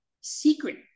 secret